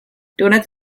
doughnuts